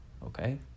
Okay